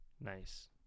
Nice